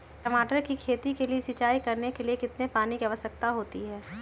टमाटर की खेती के लिए सिंचाई करने के लिए कितने पानी की आवश्यकता होती है?